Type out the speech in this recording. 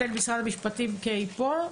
אז ניתן למשרד המשפטים כי היא פה,